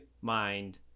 mind